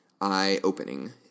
eye-opening